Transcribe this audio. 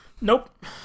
Nope